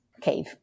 cave